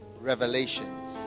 revelations